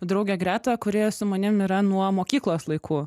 draugę gretą kuri su manim yra nuo mokyklos laikų